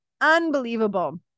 Unbelievable